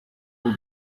will